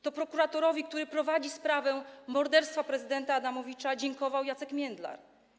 To prokuratorowi, który prowadzi sprawę morderstwa prezydenta Adamowicza, dziękował Jacek Międlar.